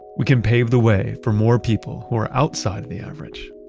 we can pave the way for more people who are outside of the average,